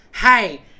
hey